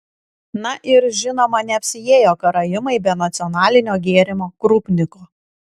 na ir žinoma neapsiėjo karaimai be nacionalinio gėrimo krupniko